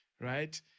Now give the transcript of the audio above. right